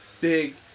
big